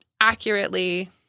accurately